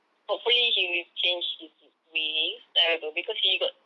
hopefully he will change his ways I don't know because he got